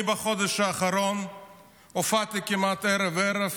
בחודש האחרון הופעתי כמעט ערב-ערב